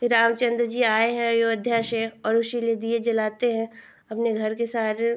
कि रामचन्द्र जी आए हैं अयोध्या से और उसी लिए दीये जलाते हैं अपने घर के सारे